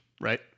Right